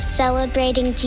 celebrating